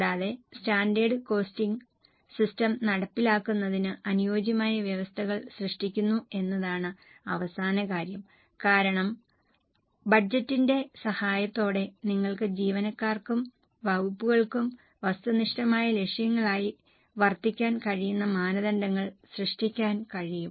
കൂടാതെ standard costing system നടപ്പിലാക്കുന്നതിന് അനുയോജ്യമായ വ്യവസ്ഥകൾ സൃഷ്ടിക്കുന്നു എന്നതാണ് അവസാന കാര്യം കാരണം ബജറ്റിന്റെ സഹായത്തോടെ നിങ്ങൾക്ക് ജീവനക്കാർക്കും വകുപ്പുകൾക്കും വസ്തുനിഷ്ഠമായ ലക്ഷ്യങ്ങളായി വർത്തിക്കാൻ കഴിയുന്ന മാനദണ്ഡങ്ങൾ സൃഷ്ടിക്കാൻ കഴിയും